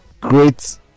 great